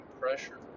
pressure